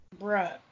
Bruh